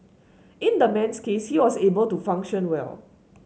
in the man's case he was able to function well